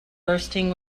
bursting